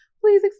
please